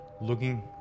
Looking